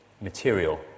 material